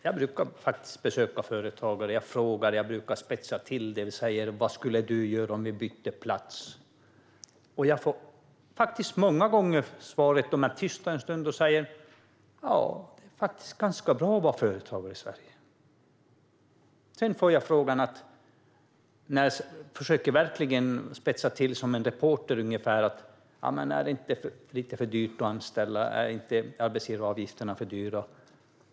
Jag brukar besöka företagare, och då spetsar jag till det och frågar: Vad skulle du göra om vi bytte plats? De är tysta en stund, men sedan får jag många gånger svaret: Det är faktiskt ganska bra att vara företagare i Sverige. När jag verkligen försöker spetsa till det som en reporter frågar jag: Men är det inte lite för dyrt att anställa? Är inte arbetsgivaravgifterna för höga?